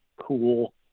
cool